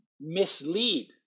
mislead